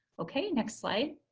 okay next slide.